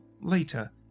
later